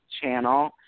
channel